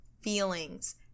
feelings